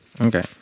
Okay